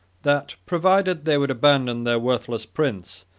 that provided they would abandon their worthless prince,